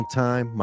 time